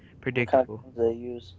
predictable